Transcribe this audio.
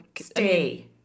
Stay